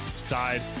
side